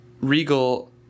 Regal